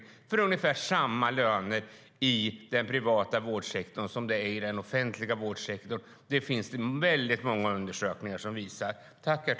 Det är ungefär samma löner i den privata vårdsektorn som i den offentliga vårdsektorn. Det finns väldigt många undersökningar som visar det.